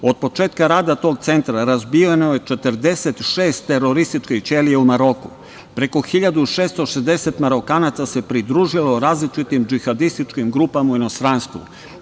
Od početka rada tog centra razbijeno je 46 terorističkih ćelija u Maroku, preko 1.660 Marokanaca se pridružilo različitim džihadističkim grupama u inostranstvu.